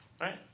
right